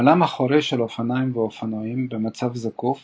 בלם אחורי של אופניים ואופנועים במצב זקוף